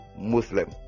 Muslim